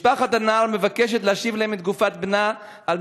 משפחת הנער מבקשת להשיב להם את גופת בנה על